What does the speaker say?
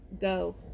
go